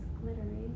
glittery